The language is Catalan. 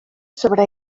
sobre